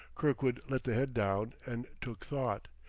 kirkwood let the head down and took thought.